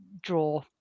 draw